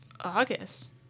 August